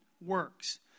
works